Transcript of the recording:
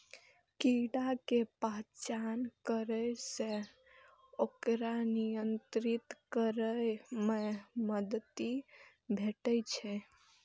कीड़ा के पहचान करै सं ओकरा नियंत्रित करै मे मदति भेटै छै